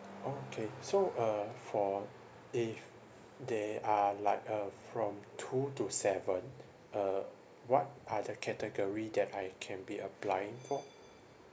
okay so uh for if they are like uh from two to seven uh what are the category that I can be applying for